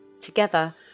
Together